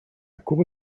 cour